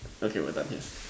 okay we're done here